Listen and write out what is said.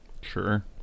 sure